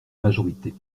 majorité